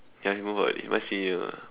ya he moved out already he's my senior